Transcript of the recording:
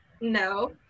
no